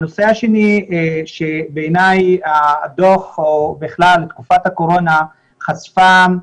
הנושא השני שבעיניי הדוח או בכלל תקופת הקורונה חשפה זה